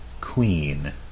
queen